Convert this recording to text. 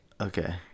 Okay